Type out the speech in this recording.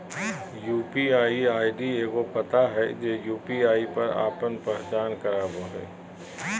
UPI ID एगो पता हइ जे यू.पी.आई पर आपन पहचान करावो हइ